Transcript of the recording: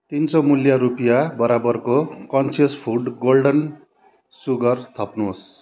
तिन सय मूल्य रुपियाँ बराबरको कन्सियस फुड गोल्डन सुगर थप्नुहोस्